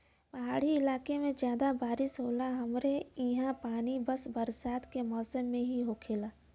पहाड़ी इलाके में जादा बारिस होला हमरे ईहा पानी बस बरसात के मौसम में ही होखेला